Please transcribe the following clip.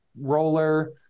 roller